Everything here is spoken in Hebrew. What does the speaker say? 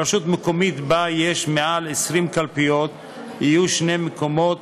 ברשות מקומית שבה יש מעל 20 קלפיות יהיו שני מקומות